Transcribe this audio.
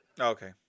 Okay